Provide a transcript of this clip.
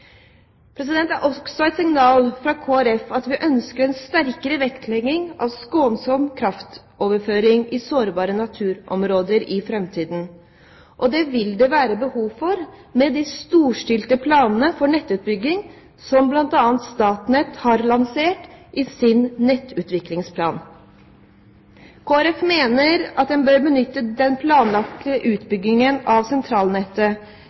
Det er også et signal fra Kristelig Folkeparti at vi ønsker en sterkere vektlegging av skånsom kraftoverføring i sårbare naturområder i framtiden, og det vil det bli behov for med de storstilte planene for nettutbygging som bl.a. Statnett har lansert i sin nettutviklingsplan. Kristelig Folkeparti mener at en bør benytte den planlagte utbyggingen av sentralnettet